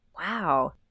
Wow